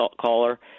caller